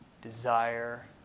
desire